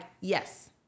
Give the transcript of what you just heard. yes